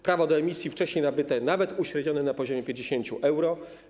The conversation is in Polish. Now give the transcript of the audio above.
Prawo do emisji wcześniej nabyte, nawet uśrednione - na poziomie 50 euro.